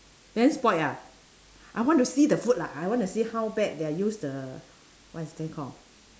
then spoilt ah I want to see the food lah I want to see how bad their use the what's that called